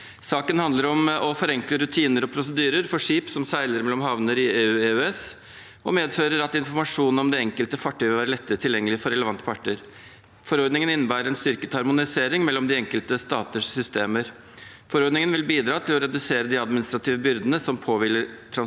Saken handler om å forenkle rutiner og prosedyrer for skip som seiler mellom havner i EU/EØS, og medfører at informasjon om det enkelte fartøy vil være lettere tilgjengelig for relevante parter. Forordningen innebærer en styrket harmonisering mellom de enkelte staters systemer. Forordningen vil bidra til å redusere de admi nistrative byrdene som påhviler sjøtransporten,